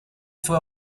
fue